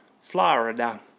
Florida